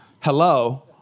Hello